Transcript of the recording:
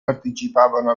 partecipavano